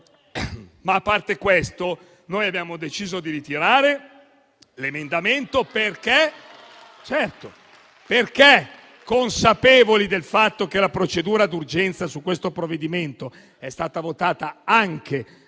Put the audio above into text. A parte questo, abbiamo deciso di ritirare l'emendamento, consapevoli del fatto che la procedura d'urgenza su questo provvedimento è stata votata anche